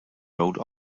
wrote